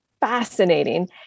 fascinating